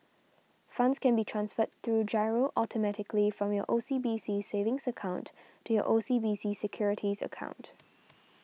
funds can be transferred through Giro automatically from your O C B C savings account to your O C B C securities account